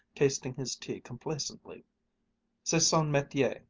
tasting his tea complacently c'est son metier.